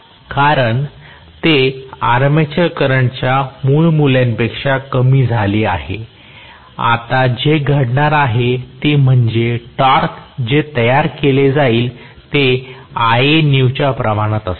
कारण ते आर्मेचर करंटच्या मूळ मूल्यापेक्षा कमी झाले आहे आता जे घडणार आहे ते म्हणजे टॉर्क जे तयार केले जाईल ते Ianew च्या प्रमाणात असेल